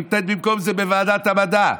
נתנו במקום זה בוועדת המדע,